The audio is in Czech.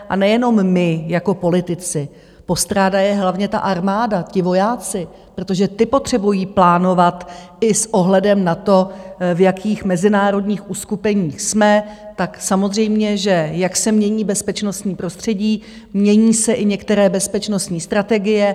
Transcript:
A nejenom my jako politici, postrádá je hlavně ta armáda, ti vojáci, protože ti potřebují plánovat i s ohledem na to, v jakých mezinárodních uskupeních jsme, tak samozřejmě, že jak se mění bezpečnostní prostředí, mění se i některé bezpečnostní strategie.